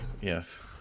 yes